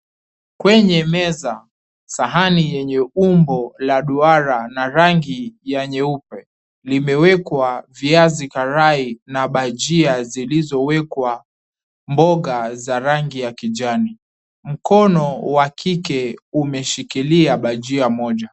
Kwenye meza, sahani yenye umbo la duara na rangi ya nyeupe limewekwa viazi karai na bhajia zilizowekwa mboga za rangi ya kijani. Mkono wa kike umeshikilia bhajia moja.